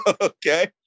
okay